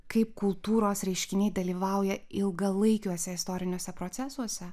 kaip kultūros reiškiniai dalyvauja ilgalaikiuose istoriniuose procesuose